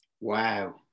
Wow